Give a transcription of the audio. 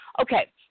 Okay